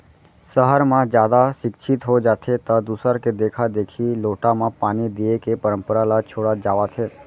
सहर म जादा सिक्छित हो जाथें त दूसर के देखा देखी लोटा म पानी दिये के परंपरा ल छोड़त जावत हें